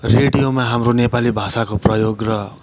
रेडियोमा हाम्रो नेपाली भाषाको प्रयोग र